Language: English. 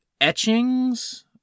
etchings